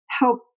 help